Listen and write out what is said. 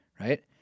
right